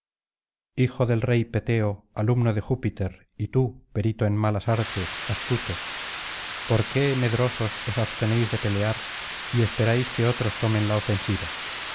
hijo del rey peteo alumno de júpiter y tú perito en malas artes astuto por qué medrosos os abstenéis de pelear y esperáis que otros tomen la ofensiva